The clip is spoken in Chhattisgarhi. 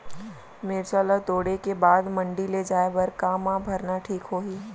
मिरचा ला तोड़े के बाद मंडी ले जाए बर का मा भरना ठीक होही?